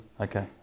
Okay